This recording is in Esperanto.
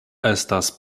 estas